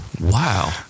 Wow